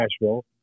Nashville